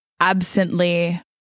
absently